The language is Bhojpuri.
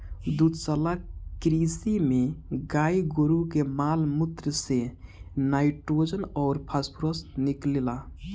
दुग्धशाला कृषि में गाई गोरु के माल मूत्र से नाइट्रोजन अउर फॉस्फोरस निकलेला